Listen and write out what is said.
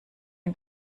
man